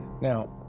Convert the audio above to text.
Now